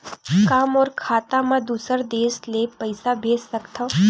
का मोर खाता म दूसरा देश ले पईसा भेज सकथव?